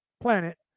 planet